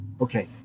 Okay